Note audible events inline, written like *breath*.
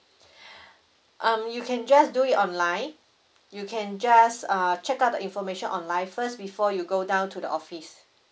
*breath* um you can just do it online you can just err check out the information online first before you go down to the office